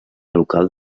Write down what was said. local